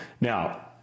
Now